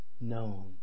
known